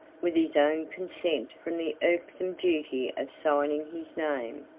with his own consent from the irksome duty of signing his name.